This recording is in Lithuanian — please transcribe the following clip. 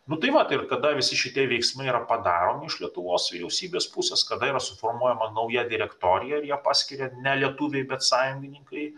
nu tai vat ir kada visi šitie veiksmai yra padaromi iš lietuvos vyriausybės pusės kada yra suformuojama nauja direktorija paskiria ne lietuviai bet sąjungininkai